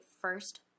first